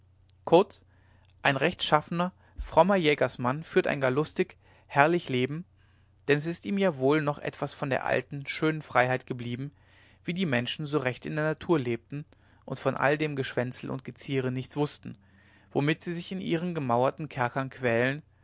kurz ein rechtschaffener frommer jägersmann führt ein gar lustig herrlich leben denn es ist ihm ja wohl noch etwas von der alten schönen freiheit geblieben wie die menschen so recht in der natur lebten und von all dem geschwänzel und geziere nichts wußten womit sie sich in ihren gemauerten kerkern quälen